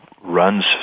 runs